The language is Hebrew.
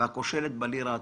והכושלת בלירה הטורקית?